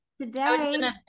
Today-